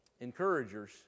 encouragers